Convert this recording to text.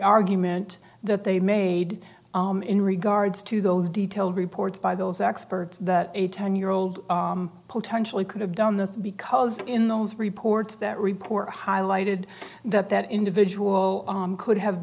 argument that they made in regards to those detailed reports by those experts that a ten year old potentially could have done this because in those reports that report highlighted that that individual could have